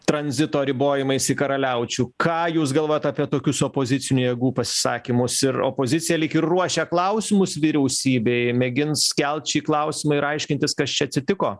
tranzito ribojimais į karaliaučių ką jūs galvojat apie tokius opozicinių jėgų pasisakymus ir opozicija lyg ir ruošia klausimus vyriausybei mėgins kel šį klausimą ir aiškintis kas čia atsitiko